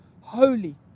holy